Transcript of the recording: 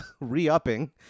re-upping